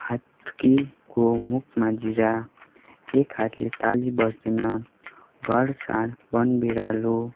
हात्तीको मुखमा जिरा एक हातले ताली बज्दैन घर साँड बन बिरालो